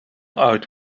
oud